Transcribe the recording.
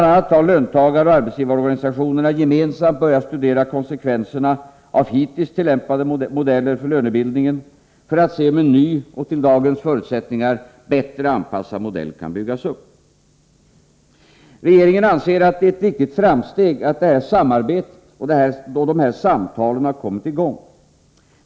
a. har löntagaroch arbetsgivarorganisationerna RN Fredagen den gemensamt börjat studera konsekvenserna av hittills tillämpade modeller för 8juni 1984 lönebildningen för att se om en ny och till dagens förutsättningar bättre anpassad modell kan byggas upp. Regeringen anser att det är ett viktigt Den ekonomiska framsteg att detta arbete och detta samtal har kommit i gång.